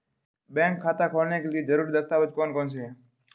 Bank खाता खोलने के लिए ज़रूरी दस्तावेज़ कौन कौनसे हैं?